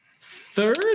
third